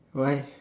why